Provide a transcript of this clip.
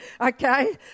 Okay